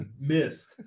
missed